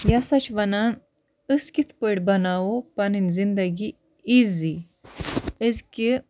یہِ ہَسا چھِ وَنان أسۍ کِتھ پٲٹھۍ بَناوو پَنٕنۍ زندگی ایٖزی أزۍکہِ